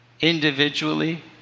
individually